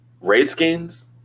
Redskins